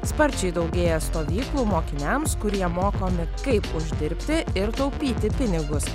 sparčiai daugėja stovyklų mokiniams kur jie mokomi kaip uždirbti ir taupyti pinigus